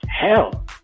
hell